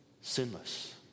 sinless